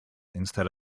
instead